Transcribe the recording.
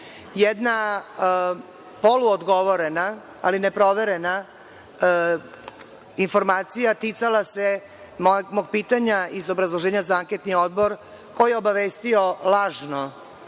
poluodgovorena, ali neproverena informacija ticala se mog pitanja iz obrazloženja za anketni odbor – ko je obavestio lažno